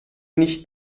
nicht